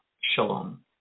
Shalom